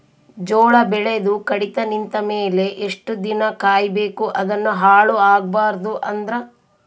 ಜೋಳ ಬೆಳೆದು ಕಡಿತ ನಿಂತ ಮೇಲೆ ಎಷ್ಟು ದಿನ ಕಾಯಿ ಬೇಕು ಅದನ್ನು ಹಾಳು ಆಗಬಾರದು ಅಂದ್ರ?